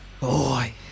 Boy